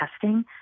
testing